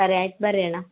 ಸರಿ ಆಯ್ತು ಬರ್ರಿ ಅಣ್ಣ